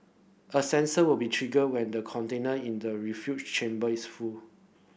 a sensor will be triggered when the container in the refuse chamber is full